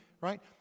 right